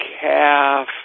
calf